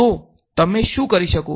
તો તમે શું કરી શકો